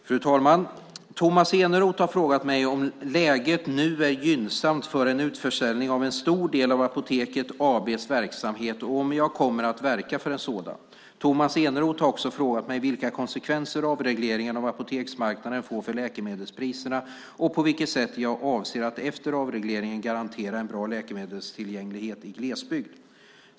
Fru talman! Tomas Eneroth har frågat mig om läget nu är gynnsamt för en utförsäljning av en stor del av Apoteket AB:s verksamhet och om jag kommer att verka för en sådan. Tomas Eneroth har också frågat vilka konsekvenser avregleringen av apoteksmarknaden får för läkemedelspriserna och på vilket sätt jag avser att efter avregleringen garantera en bra läkemedelstillgänglighet i glesbygd.